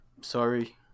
sorry